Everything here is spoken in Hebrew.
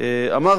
אמרתי,